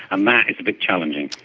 and that is a bit challenging.